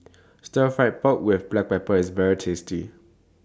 Stir Fry Pork with Black Pepper IS very tasty